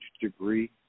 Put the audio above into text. degree